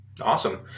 awesome